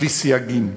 בלי סייגים,